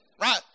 right